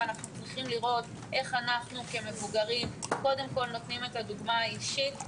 אנחנו צריכים לראות איך אנחנו כמבוגרים קודם כול נותנים דוגמה האישית,